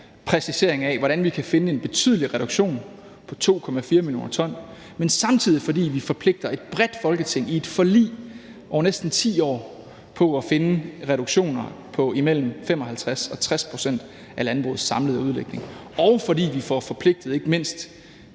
her-præcisering af, hvordan vi kan finde en betydelig reduktion på 2,4 mio. t, men samtidig fordi vi forpligter et bredt Folketing i et forlig over næsten 10 år på at finde reduktioner på imellem 55 og 60 pct. af landbrugets samlede udledninger, og fordi vi får forpligtet ikke mindst